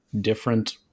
different